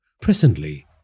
Presently